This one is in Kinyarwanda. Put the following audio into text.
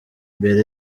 mbere